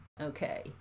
Okay